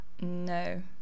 No